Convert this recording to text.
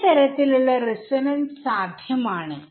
വേറെ തരത്തിലുള്ള റിസോനൻസസ് സാധ്യമാണ്